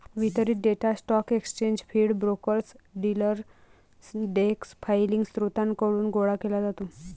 वितरित data stock exchange feed, brokers, dealer desk filing स्त्रोतांकडून गोळा केला जातो